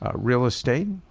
ah real estate,